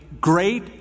great